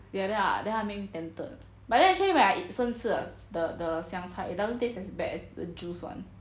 ya then I then I make me tempted but then actually when I ea~ 生吃 the 香菜 it doesn't taste as bad as the juice [one]